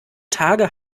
tage